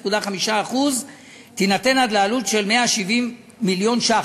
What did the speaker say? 0.5% יינתן עד לעלות של 170 מיליון ש"ח.